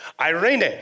Irene